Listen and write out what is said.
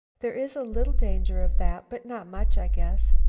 there is a little danger of that, but not much, i guess.